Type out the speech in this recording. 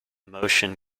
motion